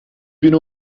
bin